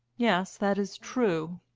yes, that is true.